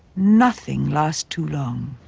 nothing lasts too long.